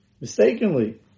Mistakenly